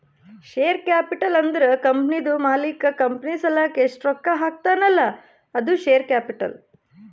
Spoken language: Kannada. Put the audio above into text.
ಶೇರ್ ಕ್ಯಾಪಿಟಲ್ ಅಂದುರ್ ಕಂಪನಿದು ಮಾಲೀಕ್ ಕಂಪನಿ ಸಲಾಕ್ ಎಸ್ಟ್ ರೊಕ್ಕಾ ಹಾಕ್ತಾನ್ ಅಲ್ಲಾ ಅದು ಶೇರ್ ಕ್ಯಾಪಿಟಲ್